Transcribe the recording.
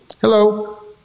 Hello